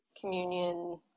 Communion